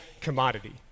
commodity